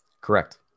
Correct